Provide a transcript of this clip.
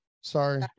sorry